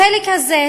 החלק הזה,